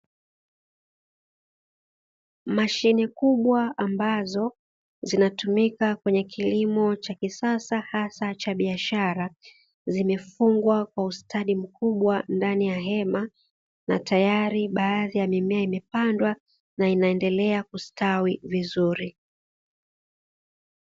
Mashine kubwa ambazo zinatumika kwenye kilimo cha kisasa hasa cha biashara, zimefungwa kwa ustadi mkubwa ndani ya hema na tayari baadhi ya mimea imepandwa na inaendelea kustawi vizuri.